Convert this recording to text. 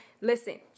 listen